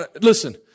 listen